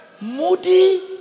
Moody